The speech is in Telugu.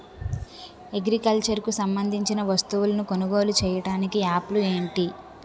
అగ్రికల్చర్ కు సంబందించిన వస్తువులను కొనుగోలు చేయటానికి యాప్లు ఏంటి?